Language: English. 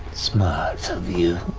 smart of you,